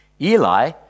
Eli